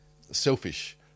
selfish